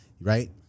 right